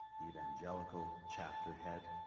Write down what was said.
the evangelical chapter head.